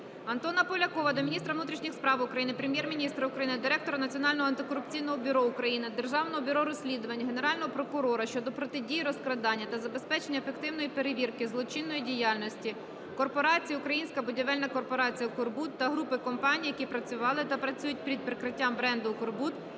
Антона Полякова до міністра внутрішніх справ України, Прем'єр-міністра України, Директора Національного антикорупційного бюро України, Державного бюро розслідувань, Генерального прокурора щодо протидії розкрадання та забезпечення ефективної перевірки злочинної діяльності корпорації "Українська будівельна корпорація "УКРБУД" та групи компаній, які працювали та працюють під прикриттям бренду "УКРБУД",